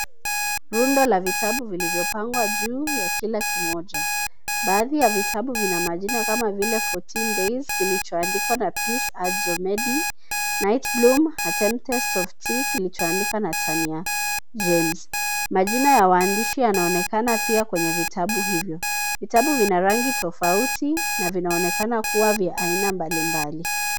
Rundo la vitabu vilivyopangwa juu ya kila kimoja. Baadhi ya vitabu vina majina kama vile, "Fourteen Days " kilichoandikwa na "Peace Adio Medie", "Nightbloom", "A Tempest Of Tea", kilichoandikwa na "Tania James". Majina ya waandishi yanaonekana pia kwenye vitabu hivyo. Vitabu vina rangi tofauti na vinaonekana kuwa vya aina mbalimbali.